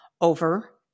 over